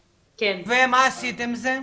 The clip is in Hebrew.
ומה עשית עם זה?